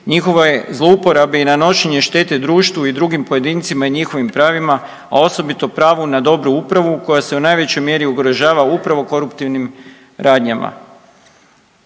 njihova je zlouporaba i nanošenje štete društvu i drugim pojedincima i njihovim pravima, a osobito pravu na dobru upravu koja se u najvećoj mjeri ugrožava upravo koruptivnim radnjama.